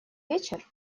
вечер